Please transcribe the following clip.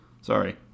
sorry